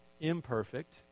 imperfect